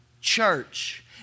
church